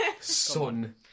Son